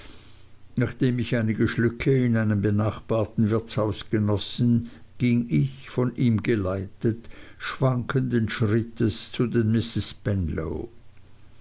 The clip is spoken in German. nachdem ich einige schlücke in einem benachbarten wirtshaus genossen ging ich von ihm geleitet schwankenden schrittes zu den